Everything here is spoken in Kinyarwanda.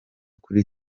kuri